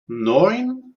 neun